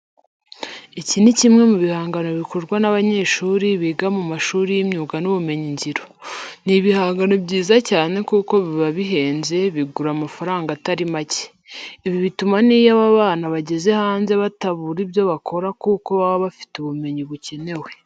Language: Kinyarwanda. Iki ni kimwe mu bihangano bikorwa n'abanyeshuri biga mu mashuri y'imyuga n'ubumenyingiro. Ni ibihangano byiza cyane kuko biba bihenze bigura amafaranga atari make. Ibi bituma n'iyo aba bana bageze hanze batabura ibyo bakora kuko baba bafite ubumenyi bukenewe.